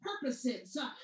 purposes